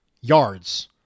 yards